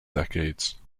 decades